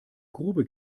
grube